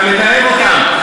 אתה מתעב אותם.